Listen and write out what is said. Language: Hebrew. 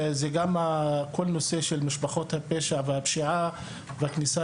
זה גם כל נושא משפחות הפשע והפשיעה בכניסה